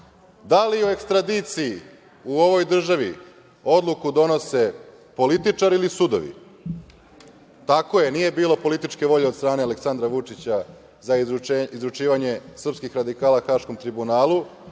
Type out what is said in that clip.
li o ekstradiciji u ovoj državi odluku donose političari ili sudovi? Tako je, nije bilo političke volje od strane Aleksandra Vučića za izručivanje srpskih radikala Haškom tribunalu,